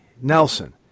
nelson